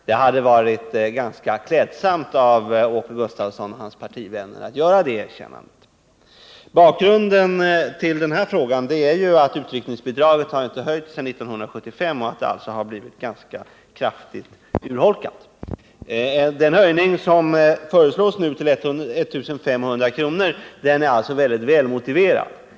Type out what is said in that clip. Det vore ganska klädsamt av Åke Gustavsson och hans partivänner att göra ett sådant erkännande. Bakgrunden till detta ärende är att utryckningsbidraget inte har höjts sedan 1975 och alltså blivit ganska kraftigt urholkat. Den höjning som nu föreslås till I 500 kr. är följaktligen mycket väl motiverad.